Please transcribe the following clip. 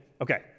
okay